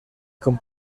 con